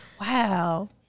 Wow